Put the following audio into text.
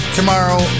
tomorrow